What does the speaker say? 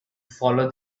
follow